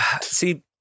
see